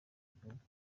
gihugu